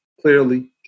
clearly